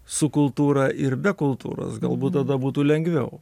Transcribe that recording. su kultūra ir be kultūros galbūt tada būtų lengviau